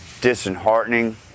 disheartening